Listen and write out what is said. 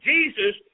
Jesus